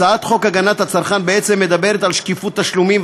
הצעת חוק הגנת הצרכן בעצם מדברת על שקיפות תשלומים,